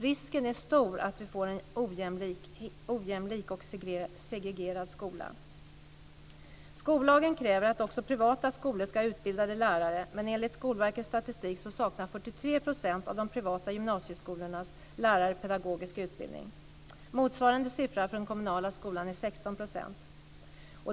Risken är stor att vi får en ojämlik och segregerad skola. Skollagen kräver att också privata skolor ska ha utbildade lärare, men enligt Skolverkets statistik saknar 43 % av de privata gymnasieskolornas lärare pedagogisk utbildning. Motsvarande siffra för den kommunala skolan är 16 %.